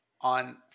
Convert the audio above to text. on